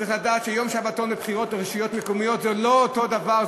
צריך לדעת שיום שבתון בבחירות לרשויות המקומיות זה לא אותו דבר,